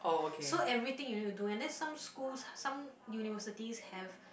so everything you need to do and then some schools some universities have